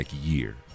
year